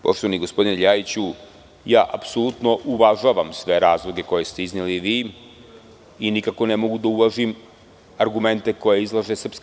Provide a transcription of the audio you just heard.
Poštovani gospodine Ljajiću, ja apsolutno uvažavam sve razloge koje ste izneli vi i nikako ne mogu da uvažim argumente koje izlaže SNS.